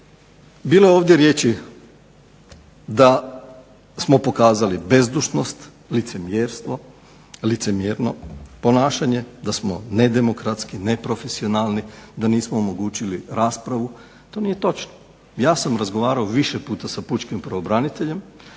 bilo je ovdje riječi da smo pokazali bezdušnost, licemjerstvo, licemjerno ponašanje, da smo nedemokratski, neprofesionalni, da nismo omogućili raspravu. To nije točno. Ja sam razgovarao više puta sa pučkim pravobraniteljem,